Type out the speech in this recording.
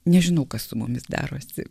nežinau kas su mumis darosi